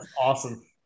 Awesome